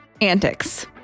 antics